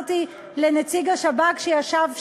אמרתי לנציג השב"כ שישב שם: